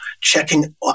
checking